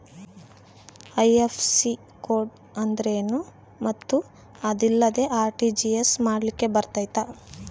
IFSC code ಅಂದ್ರೇನು ಮತ್ತು ಅದಿಲ್ಲದೆ ಆರ್.ಟಿ.ಜಿ.ಎಸ್ ಮಾಡ್ಲಿಕ್ಕೆ ಬರ್ತೈತಾ?